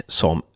som